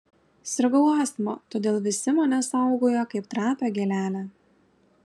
sirgau astma todėl visi mane saugojo kaip trapią gėlelę